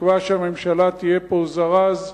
בתקווה שהממשלה תהיה פה זרז,